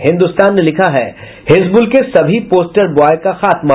हिन्दुस्तान ने लिखा है हिजवुल के सभी पोस्टर बॉय का खात्मा